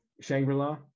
shangri-la